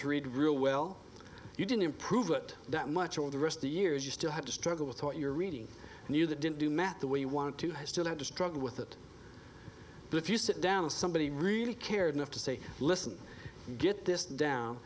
to read real well you didn't improve it that much or the rest the years you still have to struggle with what you're reading and you that didn't do math the way you want to still have to struggle with it but if you sit down with somebody really cared enough to say listen get this down